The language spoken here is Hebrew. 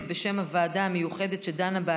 בשם הוועדה המיוחדת שדנה בהצעה,